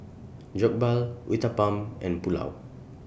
Jokbal Uthapam and Pulao